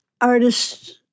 artists